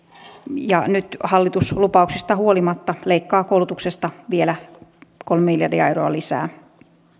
ja nyt hallitus lupauksista huolimatta leikkaa koulutuksesta vielä kolme miljardia euroa lisää